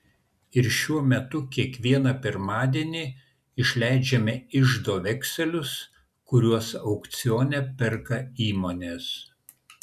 ir šiuo metu kiekvieną pirmadienį išleidžiame iždo vekselius kuriuos aukcione perka įmonės